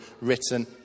written